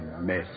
mess